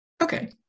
Okay